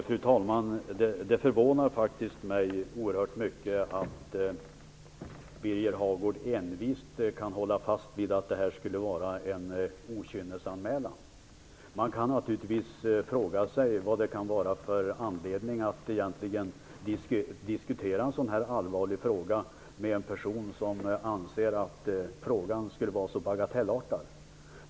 Fru talman! Det förvånar mig oerhört mycket att Birger Hagård så envist håller fast vid att det här skulle vara en okynnesanmälan. Man kan naturligtvis fråga sig vad det kan finnas för anledning att egentligen diskutera en så här allvarlig fråga med en person som anser att saken skulle vara så bagatellartad.